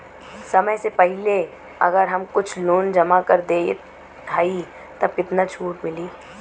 समय से पहिले अगर हम कुल लोन जमा कर देत हई तब कितना छूट मिली?